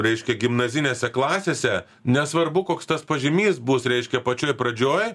reiškia gimnazinėse klasėse nesvarbu koks tas pažymys bus reiškia pačioj pradžioj